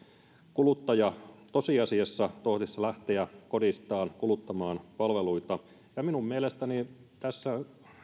kuluttaja tosiasiassa tohtisi lähteä kodistaan kuluttamaan palveluita ja minun mielestäni kun tässä